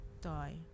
die